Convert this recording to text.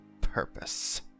purpose